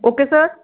okay sir